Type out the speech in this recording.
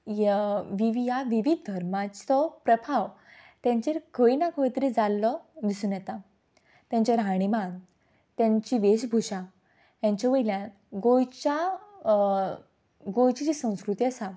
या विवीद धर्माचो प्रभाव तांचेर खंय ना खंय तरी जाल्लो दिसून येता तेंचें राहणीमान तांची वेशभुशा हेंचे वयल्यान गोंयच्या गोंयची जी संस्कृती आसा